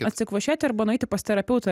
atsikvošėti arba nueiti pas terapeutą